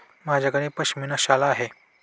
माझ्याकडे पश्मीना शाल आहे